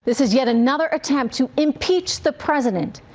this is yet another attempt to impeach the president.